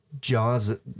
Jaws